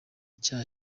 cya